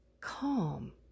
calm